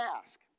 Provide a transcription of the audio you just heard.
ask